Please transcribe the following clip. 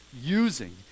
using